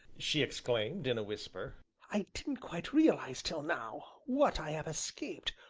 she exclaimed, in a whisper, i didn't quite realize till now what i have escaped.